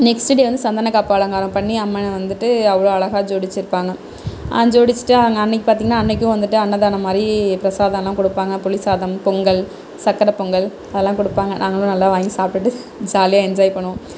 next day வந்து சந்தன காப்பு அலங்காரம் பண்ணி அம்மனை வந்துட்டு அவ்வளோ அழகாக ஜோடிச்சிருப்பாங்க ஜோடிச்சிட்டு அன்னைக்கி பார்த்திங்ன்னா அன்னைக்கும் வந்துட்டு அன்னதானம் மாதிரி பிரசாதம்லாம் கொடுப்பாங்க புளி சாதம் பொங்கல் சக்கரை பொங்கல் அதல்லாம் கொடுப்பாங்க நாங்களும் நல்லா வாங்கி சாப்பிட்டு ஜாலியாக என்ஜாய் பண்ணுவோம்